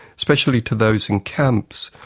especially to those in camps,